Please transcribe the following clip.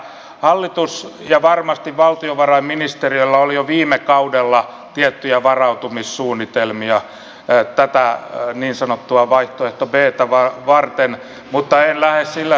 hallituksella ja varmasti valtiovarainministeriöllä oli jo viime kaudella tiettyjä varautumissuunnitelmia tätä niin sanottua vaihtoehto btä varten mutta en lähde sillä spekuloimaan